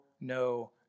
no